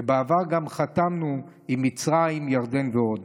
בעבר גם חתמנו עם מצרים, ירדן ועוד.